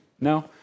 No